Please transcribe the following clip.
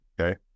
okay